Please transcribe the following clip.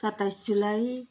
सत्ताइस जुलाई